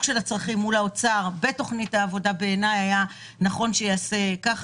של הצרכים מול האוצר נכון שייעשה כך.